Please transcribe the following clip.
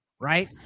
right